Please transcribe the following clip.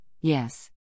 yes